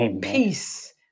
peace